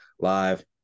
live